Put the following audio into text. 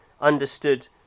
understood